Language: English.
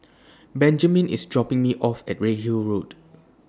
Benjiman IS dropping Me off At Redhill Road